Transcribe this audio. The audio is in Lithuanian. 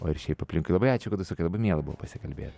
o ir šiaip aplinkui labai ačiū kad užsukai labai miela buvo pasikalbėt